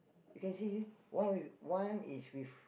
you can see why one is with